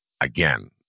Again